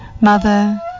Mother